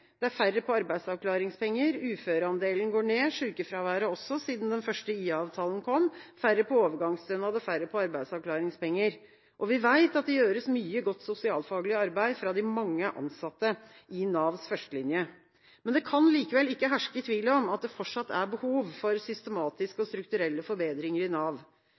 Det er færre på arbeidsavklaringspenger, uføreandelen og sykefraværet har gått ned siden den første IA-avtalen kom, det er færre på overgangsstønad og færre på arbeidsavklaringspenger. Vi vet at det gjøres mye godt sosialfaglig arbeid fra de mange ansatte i Navs førstelinje. Det kan likevel ikke herske tvil om at det fortsatt er behov for systematiske og strukturelle forbedringer i Nav.